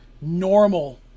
normal